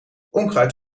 onkruid